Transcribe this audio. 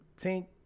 Tink